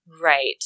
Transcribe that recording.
Right